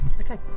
Okay